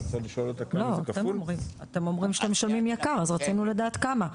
אתם אומרים שמשלמים יקר, אז רצינו לדעת כמה?